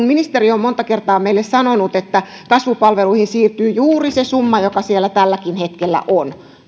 ministeri on monta kertaa meille sanonut että kasvupalveluihin siirtyy tulevissa maakunnissa juuri se summa joka siellä tälläkin hetkellä on